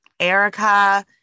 Erica